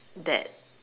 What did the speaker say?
that